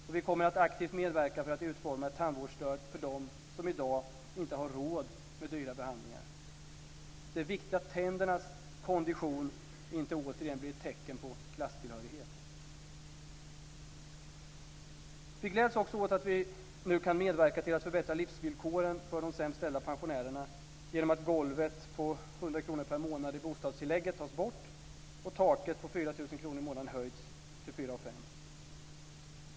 Och vi kommer att aktivt medverka för att utforma ett tandvårdsstöd för dem som i dag inte har råd med dyra behandlingar. Det är viktigt att tändernas kondition inte återigen blir ett tecken på klasstillhörighet. Vi gläds också åt att vi nu kan medverka till att förbättra livsvillkoren för de sämst ställda pensionärerna genom att golvet på 100 kr per månad i bostadstillägget tas bort och genom att taket på 4 000 kr per månad höjs till 4 500 kr.